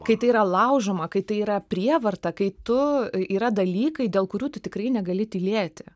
kai tai yra laužoma kai tai yra prievarta kai tu yra dalykai dėl kurių tu tikrai negali tylėti